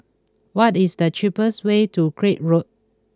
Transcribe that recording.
what is the cheapest way to Craig Road